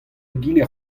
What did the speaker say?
egile